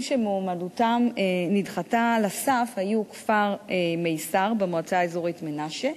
שמועמדותם נדחתה על הסף היו כפר-מצר במועצה האזורית מנשה,